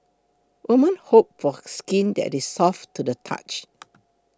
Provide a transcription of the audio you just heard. women hope for skin that is soft to the touch